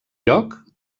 lloc